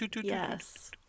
yes